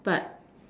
but